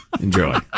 enjoy